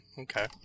okay